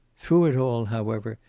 through it all, however,